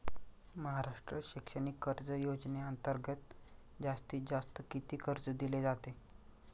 महाराष्ट्र शैक्षणिक कर्ज योजनेअंतर्गत जास्तीत जास्त किती कर्ज दिले जाते?